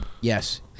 yes